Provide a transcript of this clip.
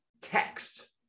text